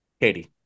Katie